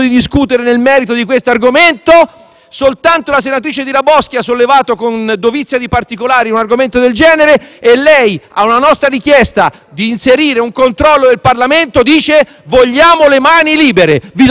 soltanto la senatrice Tiraboschi ha sollevato con dovizia di particolari un argomento del genere e lei, a una nostra richiesta di inserire un controllo del Parlamento, dice: «Vogliamo le mani libere». Vi dovete vergognare!